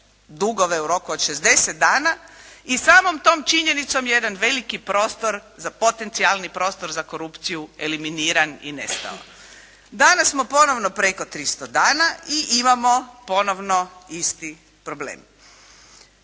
dugove u roku od 60 dana i samom tom činjenicom je jedan veliki prostor za potencijalni prostor za korupciji eliminiran i nestao. Danas smo ponovno preko tristo dana i imamo ponovno isti problem.